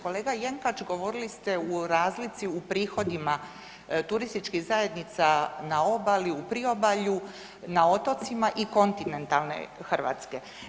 Kolega Jenkač, govorili ste u razlici u prihodima turističkih zajednica na obali, u Priobalju, na otocima i kontinentalne Hrvatske.